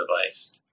device